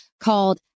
called